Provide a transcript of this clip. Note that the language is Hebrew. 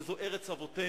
שזאת ארץ אבותינו.